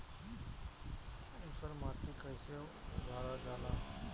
ऊसर माटी कईसे सुधार जाला?